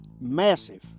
massive